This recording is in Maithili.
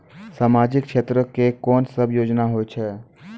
समाजिक क्षेत्र के कोन सब योजना होय छै?